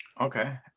Okay